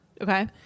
Okay